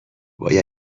وای